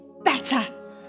better